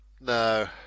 No